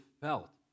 felt